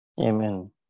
Amen